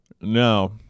No